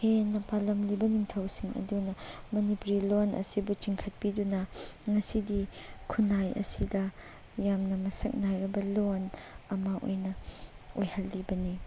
ꯍꯦꯟꯅ ꯄꯥꯜꯂꯝꯂꯤꯕ ꯅꯤꯡꯊꯧꯁꯤꯡ ꯑꯗꯨꯅ ꯃꯅꯤꯄꯨꯔꯤ ꯂꯣꯟ ꯑꯁꯤꯕꯨ ꯆꯤꯡꯈꯠꯄꯤꯗꯨꯅ ꯉꯁꯤꯗꯤ ꯈꯨꯟꯅꯥꯏ ꯑꯁꯤꯗ ꯌꯥꯝꯅ ꯃꯁꯛ ꯅꯥꯏꯔꯕ ꯂꯣꯟ ꯑꯃ ꯑꯣꯏꯅ ꯑꯣꯏꯍꯜꯂꯤꯕꯅꯤ